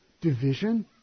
division